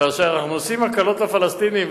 כשאנחנו עושים הקלות לפלסטינים,